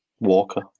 Walker